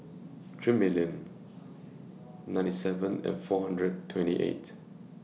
three million ninety seven and four hundred twenty eight